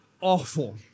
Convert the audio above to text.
Awful